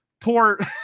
poor